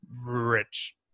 rich